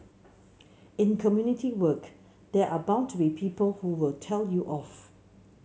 in community work there are bound to be people who will tell you off